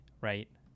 right